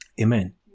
amen